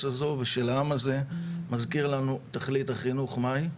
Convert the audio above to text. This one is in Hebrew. הזו ושל העם הזה מזכיר לנו תכלית החינוך מה היא.